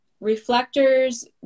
reflectors